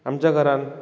आमच्या घरांत